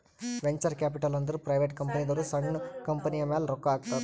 venture capital ಅಂದುರ್ private ಕಂಪನಿದವ್ರು ಸಣ್ಣು ಕಂಪನಿಯ ಮ್ಯಾಲ ರೊಕ್ಕಾ ಹಾಕ್ತಾರ್